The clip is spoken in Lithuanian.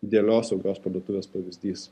idealios saugios parduotuvės pavyzdys